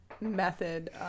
method